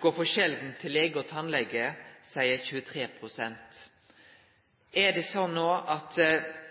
går for sjeldan til lege og tannlege. Er det slik at me